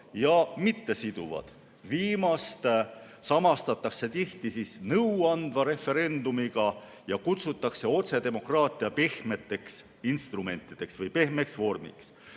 ja mittesiduvad. Viimast samastatakse tihti nõuandva referendumiga ja kutsutakse otsedemokraatia pehmeks instrumendiks või pehmeks vormiks.